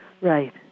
Right